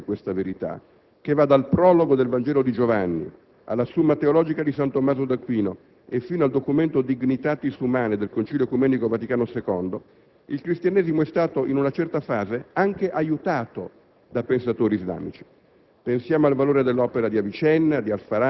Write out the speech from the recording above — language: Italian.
Nel faticoso lavoro di approfondimento di questa verità, che va dal prologo del Vangelo di Giovanni alla Summa Teologica di San Tommaso d'Aquino fino al documento «*Dignitatis Humanae*» del Concilio ecumenico Vaticano II, il Cristianesimo è stato in una certa fase anche aiutato da pensatori islamici.